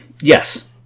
Yes